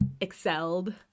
excelled